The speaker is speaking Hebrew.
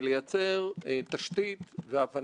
היועצים המקצועיים שלנו